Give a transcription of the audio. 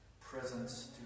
presence